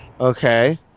Okay